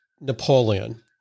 Napoleon